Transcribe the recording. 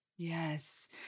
Yes